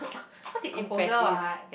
cause he composer what